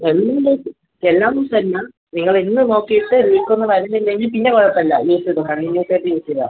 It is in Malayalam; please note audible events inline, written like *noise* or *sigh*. എല്ലാ ദിവസം എല്ലാ ദിവസം അല്ല നിങ്ങൾ ഇന്ന് നോക്കീട്ട് ലീക്കൊന്നും വരുന്നില്ലെങ്കിൽ പിന്നെ കുഴപ്പമില്ല *unintelligible* സ്മൂത്തായിട്ട് യൂസ് ചെയ്യുക